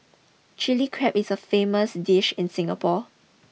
Chilli Crab is a famous dish in Singapore